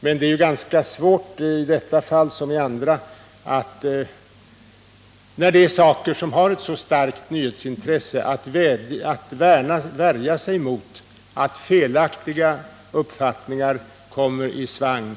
Men det är, i detta fall som i andra när det gäller saker som har ett så starkt nyhetsintresse, ganska svårt att avvärja att felaktiga uppfattningar kommer i svang.